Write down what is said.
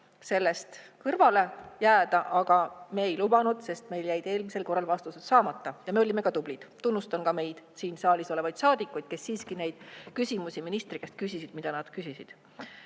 sellest kõrvale jääda, aga me ei lubanud, sest meil jäid eelmisel korral vastused saamata. Ja me olime ka tublid, tunnustan ka meid, siin saalis olevaid saadikuid, kes küsisid ministri käest küsimusi, mida nad küsisid.